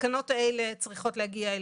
התקנות האלה צריכות להגיע,